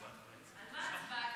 מה ההצבעה?